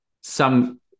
some-